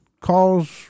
calls